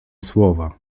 słowa